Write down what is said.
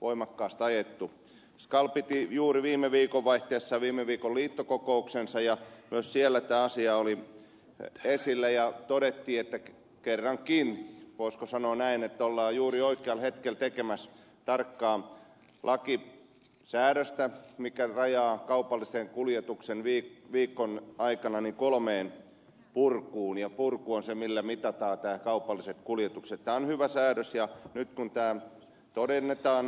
voimakkaasti ajettu skal piti juuri viime viikonvaihteessa viime viikon liittokokouksensa ja siellä taas sija oli reisille ja odotti että kerran kiinni koska sanoneen että ollaan juuri oikean hetken tekemässä tarkkaam laki ja säädöstä mikä rajaa kaupallisen kuljetuksen viime viikon aikana yli kolmeen purkuun ja purkuasemille mitä päättää kaupalliset kuljetukset on hyvä säädös ja nyt tämä todennetaan